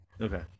Okay